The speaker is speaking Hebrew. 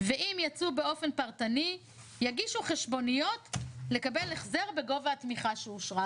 ואם יצאו באופן פרטני יגישו חשבוניות לקבל החזר בגובה התמיכה שאושרה.